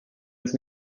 uns